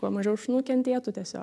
kuo mažiau šunų kentėtų tiesiog